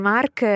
Mark